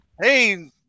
Hey